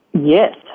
Yes